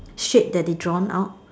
shape that they drawn out